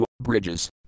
bridges